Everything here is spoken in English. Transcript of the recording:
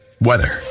Weather